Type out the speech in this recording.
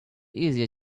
easier